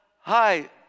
hi